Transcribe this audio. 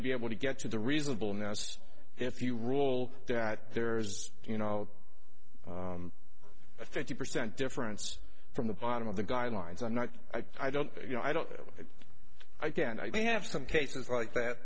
to be able to get to the reasonable now if you rule that there is you know a fifty percent difference from the bottom of the guidelines i'm not i don't you know i don't i can i have some cases like that